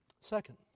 Second